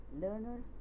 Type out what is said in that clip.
Learners